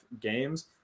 games